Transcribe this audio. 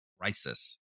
crisis